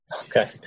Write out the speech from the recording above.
Okay